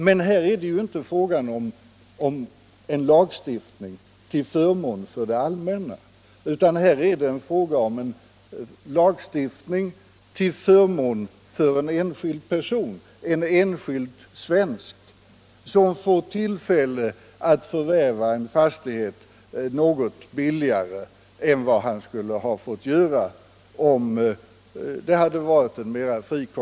Men här är det inte fråga om en lagstiftning till förmån för det allmänna utan till förmån för en enskild, svensk person, som får tillfälle att förvärva en fastighet något billigare än vad han skulle kunnat göra om konkur rensen hade varit mer fri.